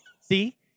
See